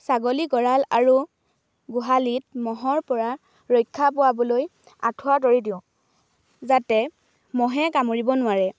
ছাগলী গঁড়াল আৰু গোঁহালিত মহৰ পৰা ৰক্ষা পোৱাবলৈ আঠুৱা তৰি দিওঁ যাতে মহে কামুৰিব নোৱাৰে